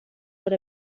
per